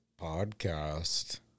Podcast